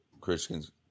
Christians